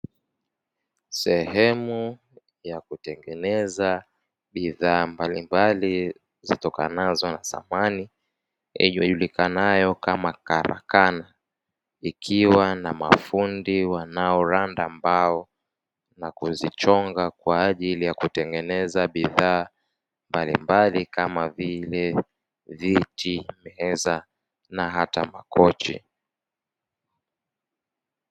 Sehemu ya kutengeneza bidhaa mbalimbali vitokanavyo na samani ijulikanayo kama karakana ikiwa na mafundi wanaoranda mbao na kuzichonga kwa ajili ya kutengeneza bidhaa mbalimbali kama vile; viti, meza na hata makochi.